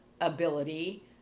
ability